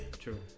true